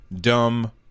dumb